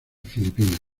filipinas